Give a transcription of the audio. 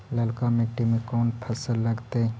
ललका मट्टी में कोन फ़सल लगतै?